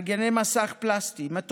מגיני מסך פלסטיים, מטושים,